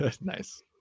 Nice